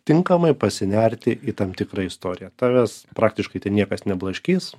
tinkamai pasinerti į tam tikrą istoriją tavęs praktiškai ten niekas neblaškys